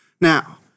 Now